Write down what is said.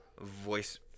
voice